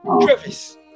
Travis